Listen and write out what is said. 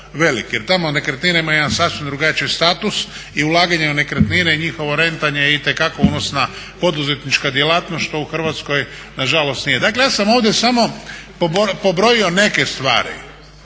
jer tamo nekretnine imaju jedan sasvim drugačiji status i ulaganja u nekretnine i njihovo rentanje je itekako unosna poduzetnička djelatnost što u Hrvatskoj nažalost nije. Dakle ja sam ovdje samo pobrojio neke stvari,